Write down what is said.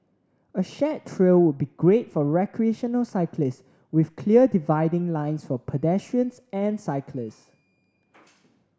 a shared trail would be great for recreational cyclists with clear dividing lines for pedestrians and cyclists